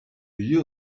you